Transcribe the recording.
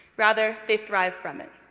rather, they thrive from it.